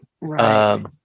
right